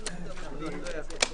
בשעה